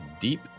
deep